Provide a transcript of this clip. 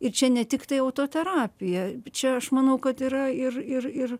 ir čia ne tiktai auto terapija bet čia aš manau kad yra ir ir ir